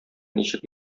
ничек